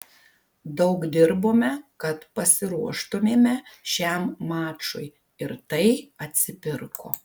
daug dirbome kad pasiruoštumėme šiam mačui ir tai atsipirko